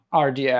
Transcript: RDS